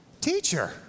teacher